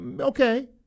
okay